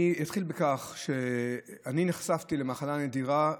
אני אתחיל בכך שאני נחשפתי למחלה נדירה,